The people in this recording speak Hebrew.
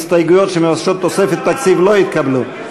ההסתייגויות שמבקשות תוספת תקציב לא התקבלו.